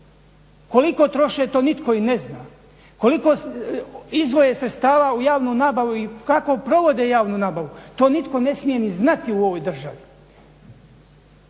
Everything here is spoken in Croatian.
Koliko troše, to nitko i ne zna. Koliko izdvoje sredstava u javnu nabavu i kako provode javnu nabavu to nitko ne smije ni znati u ovoj državi.